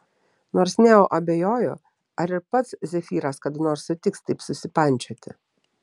nors neo abejojo ar ir pats zefyras kada nors sutiks taip susipančioti